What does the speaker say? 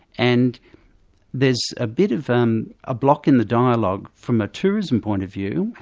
and there's a bit of um a block in the dialogue from a tourism point of view,